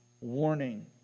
warning